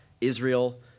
Israel